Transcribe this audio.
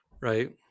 right